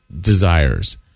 desires